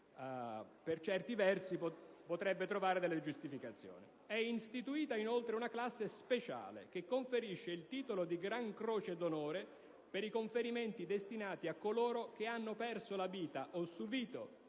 per certi versi trovare delle giustificazioni: «È istituita inoltre una classe speciale, che conferisce il titolo di gran croce d'onore, per i conferimenti destinati a coloro che hanno perso la vita o subìto